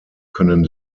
können